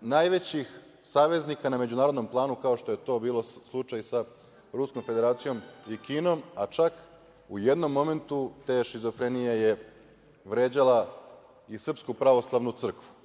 najvećih saveznika na međunarodnom planu, kao što je to bio slučaj sa Ruskom Federacijom ili Kinom, a čak u jednom momentu te šizofrenije je vređala i SPC.To je osoba koja